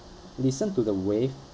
listen to the wave